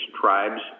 tribes